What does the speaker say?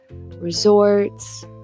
resorts